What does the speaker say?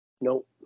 Nope